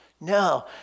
No